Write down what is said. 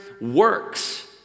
works